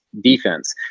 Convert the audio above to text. defense